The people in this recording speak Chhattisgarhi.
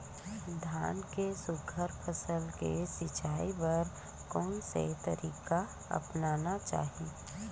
धान के सुघ्घर फसल के सिचाई बर कोन से तरीका अपनाना चाहि?